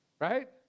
right